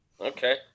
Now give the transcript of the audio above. Okay